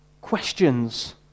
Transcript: questions